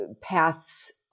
paths